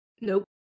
Nope